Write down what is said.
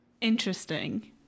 Interesting